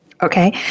Okay